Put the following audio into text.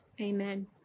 amen